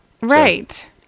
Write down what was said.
right